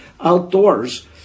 outdoors